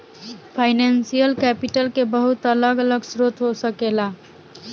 financial capital के बहुत अलग अलग स्रोत हो सकेला